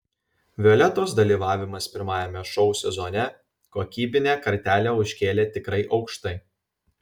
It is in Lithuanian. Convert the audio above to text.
violetos dalyvavimas pirmajame šou sezone kokybinę kartelę užkėlė tikrai aukštai